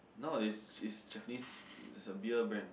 nowadays is Japanese is a beer brand